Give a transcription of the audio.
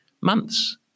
months